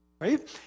right